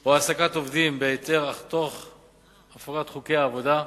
או יש העסקת עובדים בהיתר אך תוך הפרת חוקי העבודה,